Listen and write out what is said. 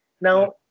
Now